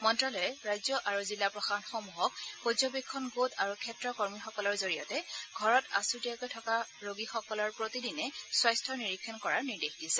মন্ত্যালয়ে ৰাজ্য আৰু জিলা প্ৰশাসনসমূহক পৰ্যবেক্ষণ গোট আৰু ক্ষেত্ৰ কৰ্মীসকলৰ জৰিয়তে ঘৰত আছুতীয়াকৈ থকা ৰোগীসকলৰ প্ৰতিদিনে স্বাস্থ্যৰ নিৰীক্ষণ কৰাৰ নিৰ্দেশ দিছে